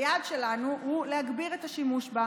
היעד שלנו הוא להגביר את השימוש בה,